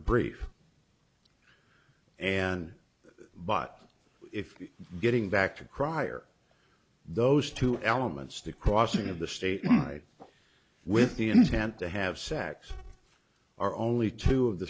brief and but if getting back to crier those two elements the crossing of the state with the intent to have sex are only two